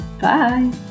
Bye